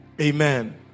Amen